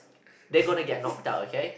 they gonna get knocked out okay